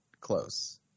close